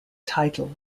title